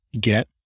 get